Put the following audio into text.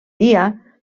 dia